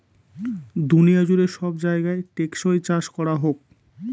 দুনিয়া জুড়ে সব জায়গায় টেকসই চাষ করা হোক